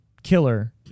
killer